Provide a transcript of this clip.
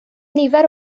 nifer